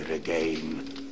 Again